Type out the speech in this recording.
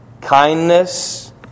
kindness